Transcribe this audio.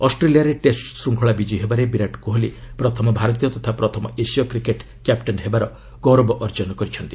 ଅଷ୍ଟ୍ରେଲିଆରେ ଟେଷ୍ ଶୃଙ୍ଖଳା ବିଜୟୀ ହେବାରେ ବିରାଟ କୋହଲି ପ୍ରଥମ ଭାରତୀୟ ତଥା ପ୍ରଥମ ଏସୀୟ କ୍ରିକେଟ୍ କ୍ୟାପ୍ଟେନ୍ ହେବାର ଗୌରବ ଅର୍ଜନ କରିଛନ୍ତି